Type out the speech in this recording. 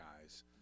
guys